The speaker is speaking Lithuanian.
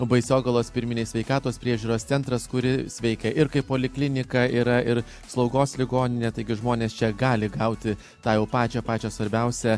baisogalos pirminės sveikatos priežiūros centras kuris veikia ir kaip poliklinika yra ir slaugos ligoninė taigi žmonės čia gali gauti tą jau pačią pačią svarbiausią